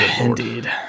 Indeed